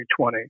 2020